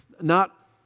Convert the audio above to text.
Not